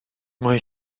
mae